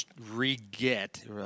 re-get